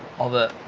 of the